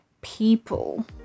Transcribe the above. people